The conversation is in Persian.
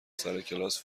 سرکلاس